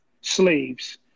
slaves